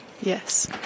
Yes